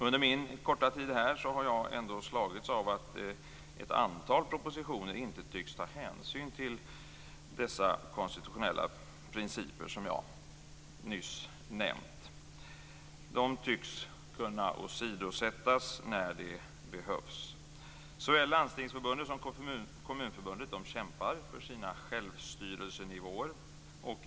Under min korta tid i riksdagen har jag slagits av att man i ett antal propositioner inte tycks ta hänsyn till dessa konstitutionella principer som jag nyss nämnde. De tycks kunna åsidosättas när det behövs. Såväl Landstingsförbundet som Kommunförbundet kämpar för sina självstyrelsenivåer.